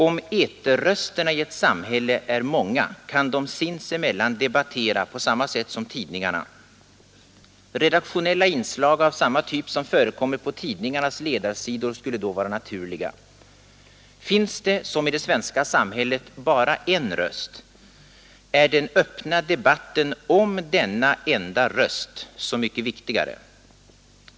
Om eterrösterna i ett samhälle är många, kan de sinsemellan debattera på samma sätt som tidningarna. Redaktionella inslag av samma typ som förekommer på tidningarnas ledarsidor skulle då vara naturliga. Finns det, som i det svenska samhället, bara en röst, är den öppna debatten om denna enda röst så mycket viktigare.